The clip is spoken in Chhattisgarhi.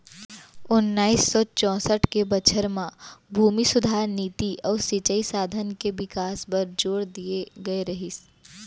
ओन्नाइस सौ चैंसठ के बछर म भूमि सुधार नीति अउ सिंचई साधन के बिकास बर जोर दिए गए रहिस